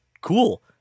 cool